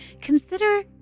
consider